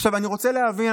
עכשיו אני רוצה להבין,